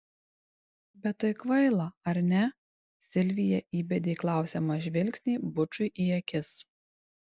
bet tai kvaila ar ne silvija įbedė klausiamą žvilgsnį bučui į akis